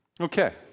Okay